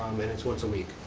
and it's once a week.